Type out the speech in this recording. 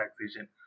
taxation